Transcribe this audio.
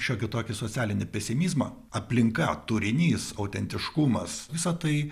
šiokį tokį socialinį pesimizmą aplinka turinys autentiškumas visa tai